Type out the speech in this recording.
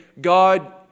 God